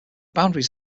boundaries